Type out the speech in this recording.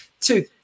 Two